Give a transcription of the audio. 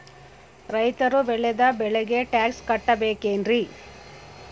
ರೈತರು ಬೆಳೆದ ಬೆಳೆಗೆ ಟ್ಯಾಕ್ಸ್ ಕಟ್ಟಬೇಕೆನ್ರಿ?